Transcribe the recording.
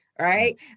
right